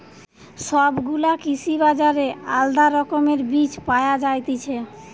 সব গুলা কৃষি বাজারে আলদা রকমের বীজ পায়া যায়তিছে